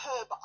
herb